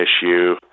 issue